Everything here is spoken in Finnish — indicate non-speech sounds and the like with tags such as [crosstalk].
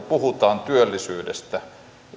[unintelligible] puhutaan työllisyydestä ja